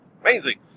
amazing